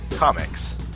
Comics